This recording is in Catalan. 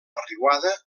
riuada